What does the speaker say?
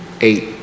eight